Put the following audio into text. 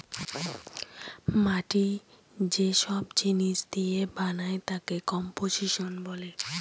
মাটি যে সব জিনিস দিয়ে বানায় তাকে কম্পোসিশন বলে